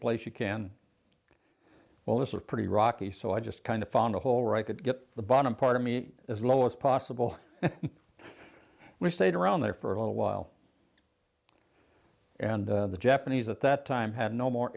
place you can well this is pretty rocky so i just kind of found a hole right could get the bottom part of me as low as possible we stayed around there for a little while and the japanese at that time had no more